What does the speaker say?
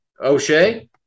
O'Shea